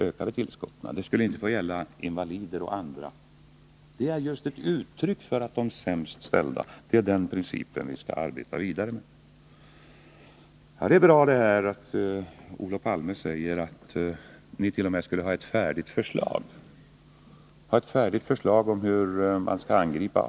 Inte heller skulle invalider och andra svaga grupper i samhället drabbas. Det är en princip som vi skall arbeta vidare efter. Herr Palme påstod att socialdemokraterna t.o.m. skulle ha ett färdigt förslag om hur avdragsproblematiken skulle angripas.